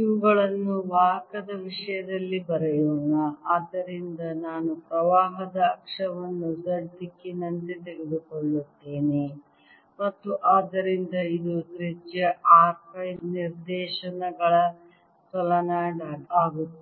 ಇವುಗಳನ್ನು ವಾಹಕಗಳ ವಿಷಯದಲ್ಲಿ ಬರೆಯೋಣ ಆದ್ದರಿಂದ ನಾನು ಪ್ರವಾಹದ ಅಕ್ಷವನ್ನು z ದಿಕ್ಕಿನಂತೆ ತೆಗೆದುಕೊಳ್ಳುತ್ತೇನೆ ಮತ್ತು ಆದ್ದರಿಂದ ಇದು ತ್ರಿಜ್ಯ R ಫೈ ನಿರ್ದೇಶನಗಳ ಸೊಲೀನಾಯ್ಡ್ ಆಗುತ್ತದೆ